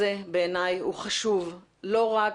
בעיניי הוא חשוב לא רק